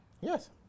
Yes